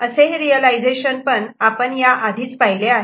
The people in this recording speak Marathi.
हे असे रियलायझेशन आपण आधीच पाहिले आहे